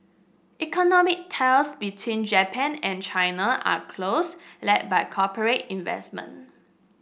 economic ties between Japan and China are close led by corporate investment